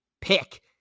pick